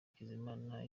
hakizimana